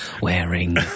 wearing